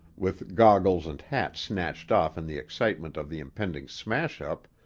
with goggles and hat snatched off in the excitement of the impending smash-up,